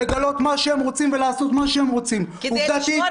לגלות מה שהם רוצים ולעשות מה שהם רוצים -- כדי לשמור